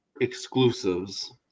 exclusives